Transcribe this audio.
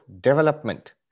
development